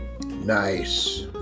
Nice